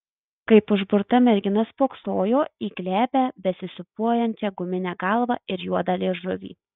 kaip užburta mergina spoksojo į glebią besisūpuojančią guminę galvą ir juodą liežuvį